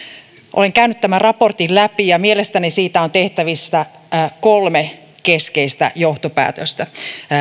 olen käynyt tämän raportin läpi ja mielestäni siitä on tehtävissä kolme keskeistä johtopäätöstä